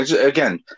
Again